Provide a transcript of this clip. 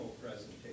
presentation